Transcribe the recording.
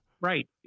Right